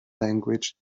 language